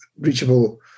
reachable